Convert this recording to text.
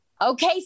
Okay